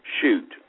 shoot